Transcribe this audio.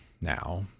now